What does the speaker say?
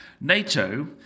NATO